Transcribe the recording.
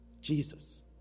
Jesus